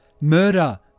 Murder